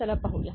चला पाहूया